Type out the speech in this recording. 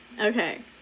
Okay